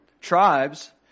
tribes